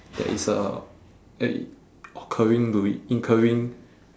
that it's uh at it occurring to it incurring